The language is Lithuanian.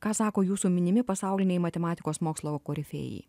ką sako jūsų minimi pasauliniai matematikos mokslo korifėjai